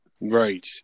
Right